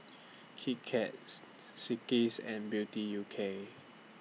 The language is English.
Kit Kat and Beauty U K